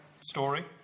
story